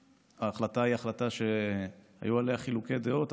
ההחלטה היא החלטה שהיו עליה חילוקי דעות,